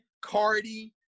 Cardi